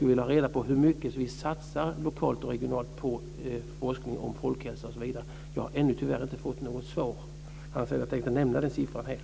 Jag ville ha reda på hur mycket vi satsar lokalt och regionalt på forskning om folkhälsa osv. Jag har tyvärr ännu inte fått något svar. Annars hade jag tänkt nämna den siffran här.